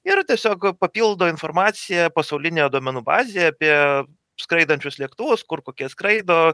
ir tiesiog papildo informaciją pasaulinėje duomenų bazėje apie skraidančius lėktuvus kur kokie skraido